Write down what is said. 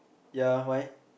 ya why